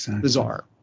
bizarre